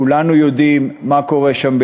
כולנו יודעים מה קורה שם,